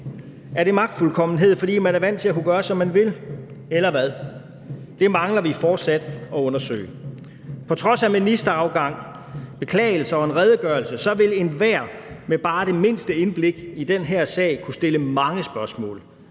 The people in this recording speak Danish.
Er det magtfuldkommenhed, fordi man er vant til at kunne gøre, som man vil – eller hvad? Det mangler vi fortsat at undersøge. På trods af ministerafgang, beklagelser og en redegørelse vil enhver med bare det mindste indblik i den her sag kunne stille mange spørgsmål.